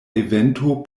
evento